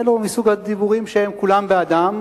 אלו הם מסוג הדיבורים שכולם בעדם,